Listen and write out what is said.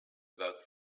about